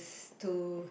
to